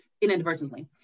inadvertently